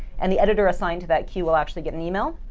and the editor assigned to that queue will actually get an email.